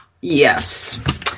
Yes